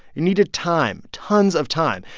you needed time, tons of time.